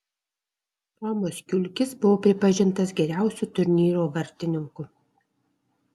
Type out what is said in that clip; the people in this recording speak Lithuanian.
romas kiulkis buvo pripažintas geriausiu turnyro vartininku